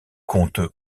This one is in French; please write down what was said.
compte